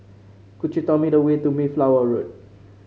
could you tell me the way to Mayflower Road